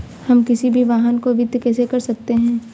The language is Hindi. हम किसी भी वाहन को वित्त कैसे कर सकते हैं?